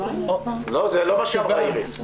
זה לא מה שאמרה איריס.